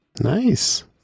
Nice